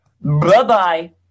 Bye-bye